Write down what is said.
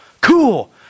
cool